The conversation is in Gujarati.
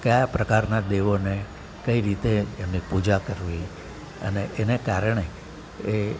કયા પ્રકારના દેવોને કઈ રીતે એમની પૂજા કરવી અને એને કારણે એ